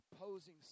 opposing